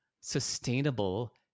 sustainable